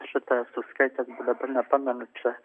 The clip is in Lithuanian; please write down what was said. šitą esu skaitęs bet dabar nepamenu čia